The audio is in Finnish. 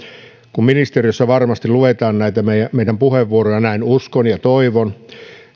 kun ministeriössä varmasti luetaan näitä meidän puheenvuorojamme näin uskon ja toivon